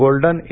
golden A